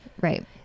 right